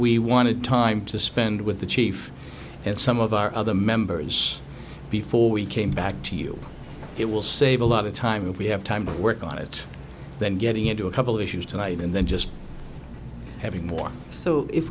we wanted time to spend with the chief and some of our other members before we came back to you it will save a lot of time if we have time to work on it then getting into a couple issues tonight and then just having more so if